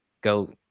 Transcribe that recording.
go